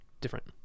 different